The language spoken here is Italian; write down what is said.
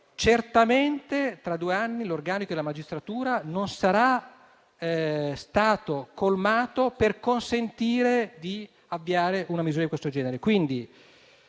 Certamente tra due anni l'organico della magistratura non sarà stato colmato per consentire di avviare una misura di questo genere.